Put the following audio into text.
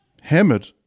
hammered